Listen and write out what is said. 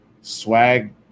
swag